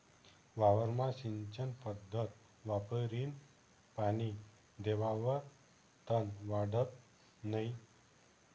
वावरमा सिंचन पध्दत वापरीन पानी देवावर तन वाढत नै